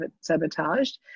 sabotaged